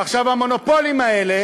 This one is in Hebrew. המונופולים האלה,